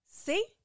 See